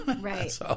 Right